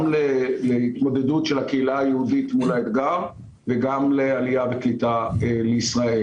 להתמודדות של הקהילה היהודית מול האתגר וגם לעלייה וקליטה לישראל.